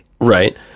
right